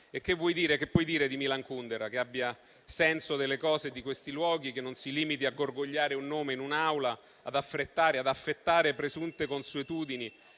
Che puoi dire di Milan Kundera, che abbia il senso delle cose, di questi luoghi, che non si limiti a gorgogliare un nome in un'Aula, ad affrettare e ad affettare presunte consuetudini?